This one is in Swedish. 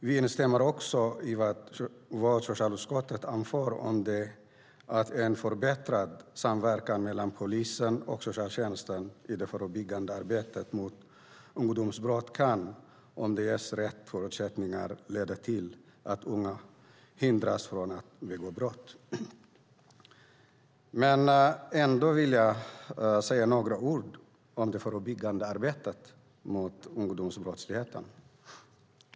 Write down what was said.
Vi instämmer också i vad socialutskottet anför om att en förbättrad samverkan mellan polisen och socialtjänsten i det förebyggande arbetet mot ungdomsbrott kan, om den ges rätt förutsättningar, leda till att unga hindras från att begå brott. Jag vill säga några ord om det förebyggande arbetet mot ungdomsbrottsligheten.